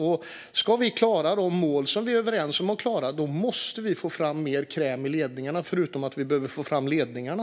Om vi ska klara de mål som vi är överens om att klara måste vi få fram mer kräm i ledningarna, förutom att vi behöver få fram ledningarna.